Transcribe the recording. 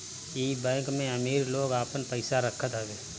इ बैंक में अमीर लोग आपन पईसा रखत हवे